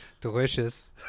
Delicious